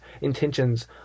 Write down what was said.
intentions